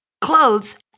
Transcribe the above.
clothes